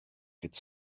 its